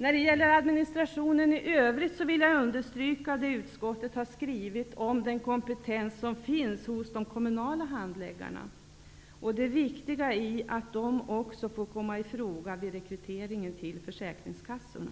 När det gäller administrationen i övrigt vill jag understryka det som utskottet har skrivit om den kompetens om finns hos de kommunala handläggarna och det viktiga i att dessa också får komma i fråga vid rekryteringen till försäkringskassorna.